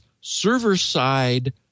server-side